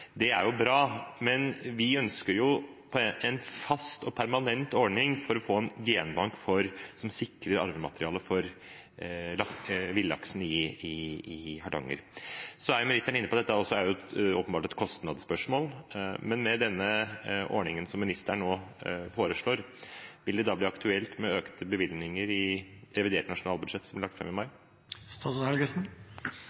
Det er jo bra. Men vi ønsker en fast, permanent ordning for en genbank som sikrer arvematerialet for villaksen i Hardanger. Så er ministeren inne på at dette også åpenbart er et kostnadsspørsmål. Men med den ordningen som ministeren nå foreslår, vil det da bli aktuelt med økte bevilgninger i revidert nasjonalbudsjett, som blir lagt fram i mai?